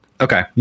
Okay